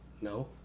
No